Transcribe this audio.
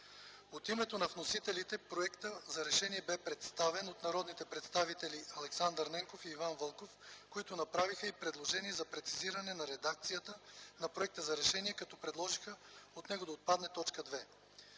От името на вносителите Проекта за решение бе представен от народните представители Александър Ненков и Иван Вълков, които направиха и предложение за прецизиране на редакцията на Проекта за решение, като предложиха от него да отпадне т. 2.